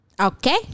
Okay